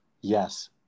yes